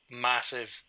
massive